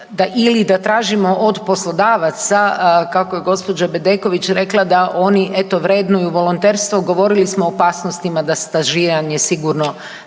ili da tražimo od poslodavaca, kako je gđa. Bedeković rekla, da oni eto, vrednuju volonterstvo, govorili smo o opasnostima da se stažiranje sigurno